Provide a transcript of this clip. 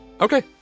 Okay